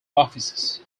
offices